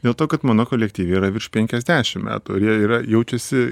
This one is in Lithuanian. dėl to kad mano kolektyve yra virš penkiasdešim metų ir jie yra jaučiasi